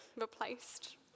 replaced